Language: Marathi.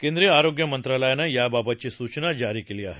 केंद्रीय आरोग्य मंत्रालयानं याबाबतची सूचना जारी केली आहे